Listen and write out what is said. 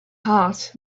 heart